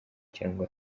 cyangwa